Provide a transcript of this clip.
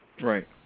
Right